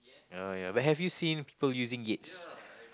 ah ya but have you seen people using Yates